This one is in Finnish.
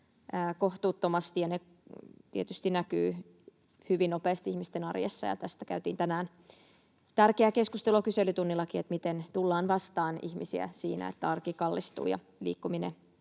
kohtuuttomasti, ja ne tietysti näkyvät hyvin nopeasti ihmisten arjessa. Tästä käytiin tänään tärkeää keskustelua kyselytunnillakin, että miten tullaan vastaan ihmisiä siinä, että arki kallistuu ja liikkuminen